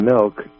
milk